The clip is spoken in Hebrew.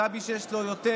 גם מי שיש לו יותר,